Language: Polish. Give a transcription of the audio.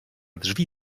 drzwi